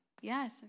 Yes